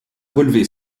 relevé